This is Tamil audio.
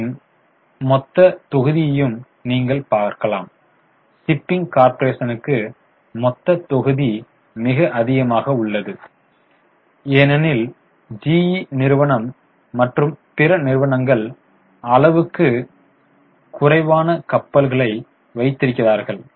அவற்றின் மொத்த தொகுதியையும் நீங்கள் பார்க்கலாம் ஷிப்பிங் கார்ப்பரேஷனுக்கு மொத்த தொகுதி மிக அதிகமாக உள்ளது ஏனெனில் GE நிறுவனம் மற்றும் பிற நிறுவனங்கள் அளவுக்கு குறைவான கப்பல்களை வைத்திருக்கிறார்கள்